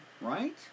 right